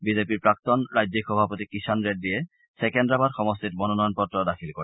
B জে পিৰ প্ৰাক্তন ৰাজ্যিক সভাপতি কিসাণ ৰেড্ডীয়ে ছেকেন্দ্ৰাবাদ সমষ্টিত মনোনয়ন পত্ৰ দাখিল কৰে